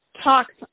talks